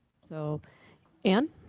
so anne?